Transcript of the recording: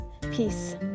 Peace